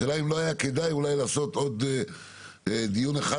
השאלה אם לא היה כדאי אולי לעשות עוד דיון אחד,